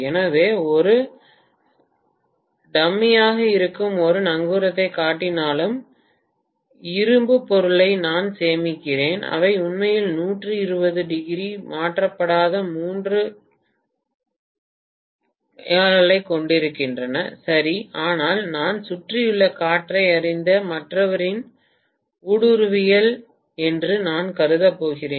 எனவே ஒரு டம்மியாக இருக்கும் ஒரு நங்கூரத்தைக் காட்டிலும் இரும்புப் பொருளை நான் சேமிக்கிறேன் அவை உண்மையில் 1200 மாற்றப்படாத மூன்று கைகால்களைக் கொண்டிருக்கின்றன சரி ஆனால் நான் சுற்றியுள்ள காற்றை அறிந்த மற்றவரின் ஊடுருவல் என்று நான் கருதப் போகிறேன்